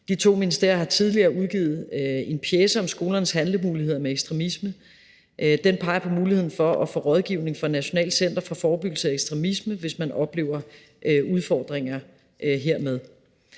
De to ministerier har tidligere udgivet en pjece om skolernes handlemuligheder i forhold til ekstremisme. Den peger på muligheden for at få rådgivning fra Nationalt Center for Forebyggelse af Ekstremisme, hvis man oplever udfordringer hermed.